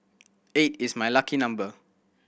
eight is my lucky number